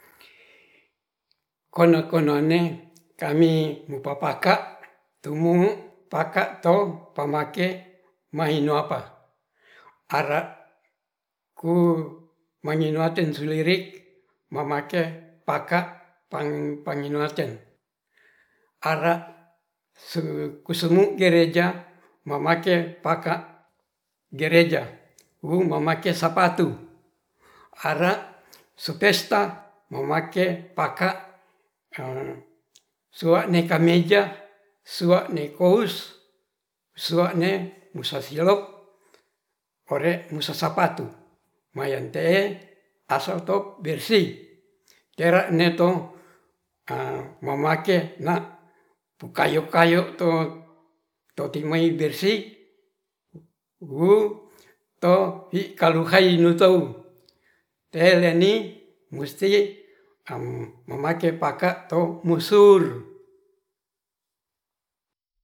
Kono-konone kami nupapaka tumungu paka to pamake manihoapa, ara ku manginoaten slirik mamake paka pang-panginoas cen ara sekusenu gereja mamake paka gereja hungmamake sapatu, ara sepesta mamake pak suwane kameja, suwane kous, suwane musasilop ore musa sapatu mayentee aselto bersih keraneto mamake na pukayo-kayo to-totimai bersih wuu tohikkalukai notou teleni mustie mamake paka tou mursur